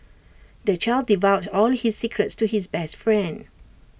the child divulged all his secrets to his best friend